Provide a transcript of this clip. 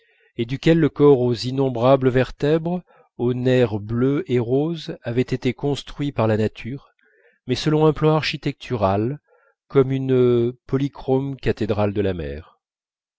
et duquel le corps aux innombrables vertèbres aux nerfs bleus et roses avait été construit par la nature mais selon un plan architectural comme une polychrome cathédrale de la mer